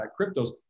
cryptos